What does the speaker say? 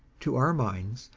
to our minds,